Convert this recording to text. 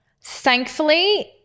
Thankfully